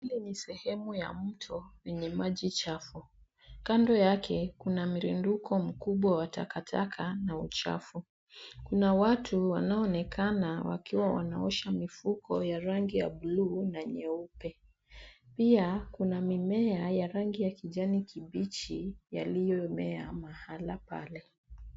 Hili ni sehemu ya mto yenye maji chafu. Kando yake kuna mirundiko kubwaya takataka na uchafu. Kuna watu wanaonekana wanaosha mfuko ya rangi ya blue na nyeupe. Pia kuna mimea ya rangi ya kijani kibichi yaliyomea mahala pale.